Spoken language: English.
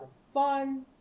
fun